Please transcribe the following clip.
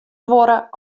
duorre